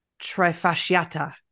trifasciata